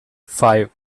five